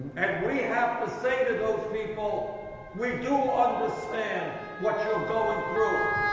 and we have to say to those people we do understand what you are going through.